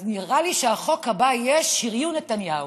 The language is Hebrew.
אז נראה לי שהחוק הבא יהיה שריון נתניהו.